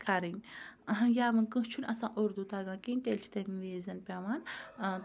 کَرٕنۍ یا وۄنۍ کٲنٛسہِ چھُنہٕ آسان اُردوٗ تَگان کِہیٖنۍ تیٚلہِ چھِ تمہِ وِزٮ۪ن پیٚوان